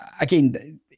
again